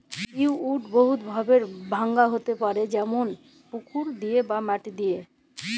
weed বহুত ভাবে ভাঙা হ্যতে পারে যেমল পুকুর দিয়ে বা মাটি দিয়ে